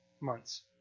months